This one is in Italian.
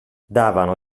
davano